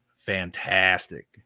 fantastic